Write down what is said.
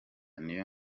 niyo